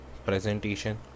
Presentation